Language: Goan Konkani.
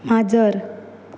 माजर